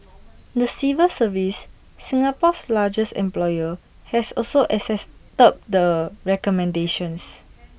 the civil service Singapore's largest employer has also accepted the recommendations